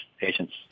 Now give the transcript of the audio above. patients